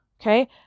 Okay